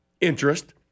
interest